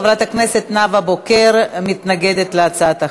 חברת הכנסת נאוה בוקר מתנגדת להצעת החוק.